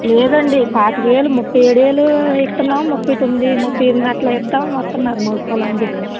లేదండీ పాతిక వేలు ముప్పై ఏడు వేలు ఇస్తున్నాము ముప్పై తొమ్మిది ముప్పై ఎనిమిది అలా ఇస్టాము వస్తున్నారు మరి పోలానికి ఇక్కడ